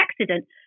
accident